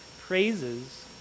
praises